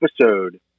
episode